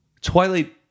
Twilight